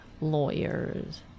lawyers